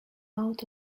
out